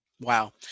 Wow